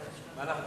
להצביע.